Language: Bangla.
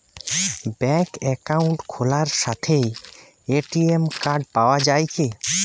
ব্যাঙ্কে অ্যাকাউন্ট খোলার সাথেই এ.টি.এম কার্ড পাওয়া যায় কি?